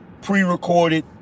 pre-recorded